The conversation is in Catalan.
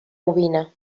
ovina